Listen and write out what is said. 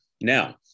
Now